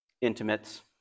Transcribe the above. intimates